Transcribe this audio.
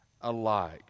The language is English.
alike